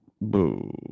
Boo